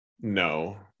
no